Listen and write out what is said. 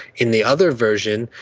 in the other version,